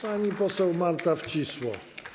Pani poseł Marta Wcisło.